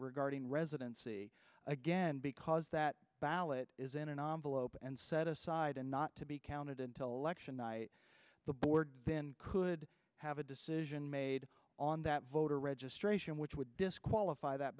regarding residency again because that ballot is in a novel open and set aside and not to be counted until election night the board then could have a decision made on that voter registration which would disqualify that